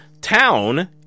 town